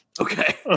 Okay